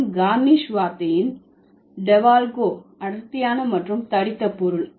மற்றும் கார்னிஷ் வார்த்தையின் டெவோல்கோ அடர்த்தியான மற்றும் தடித்த பொருள்